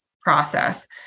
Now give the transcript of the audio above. process